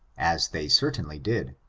as they certainly did.